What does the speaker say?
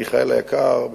מיכאל היקר,